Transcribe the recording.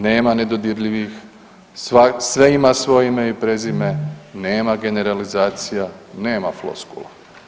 Nema nedodirljivih, sve ima svoje ime i prezime, nema generalizacija, nema floskula.